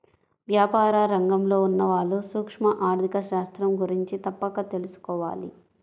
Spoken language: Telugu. వ్యాపార రంగంలో ఉన్నవాళ్ళు సూక్ష్మ ఆర్ధిక శాస్త్రం గురించి తప్పక తెలుసుకోవాలి